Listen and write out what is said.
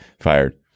fired